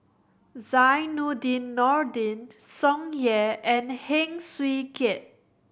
Zainudin Nordin Tsung Yeh and Heng Swee Keat